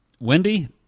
Wendy